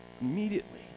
Immediately